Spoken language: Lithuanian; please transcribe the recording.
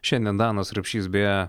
šiandien danas rapšys beje